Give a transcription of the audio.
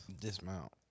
Dismount